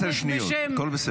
עברו עשר שניות, הכול בסדר.